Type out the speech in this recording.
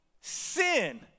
sin